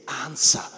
answer